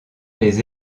les